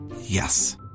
Yes